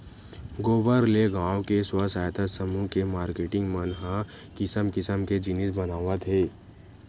गोबर ले गाँव के स्व सहायता समूह के मारकेटिंग मन ह किसम किसम के जिनिस बनावत हे